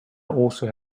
also